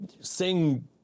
sing